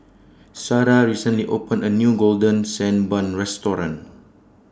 Sara recently opened A New Golden Sand Bun Restaurant